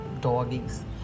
doggies